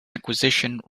acquisitions